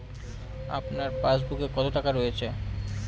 আপনার পাসবুকে কত টাকা রয়েছে?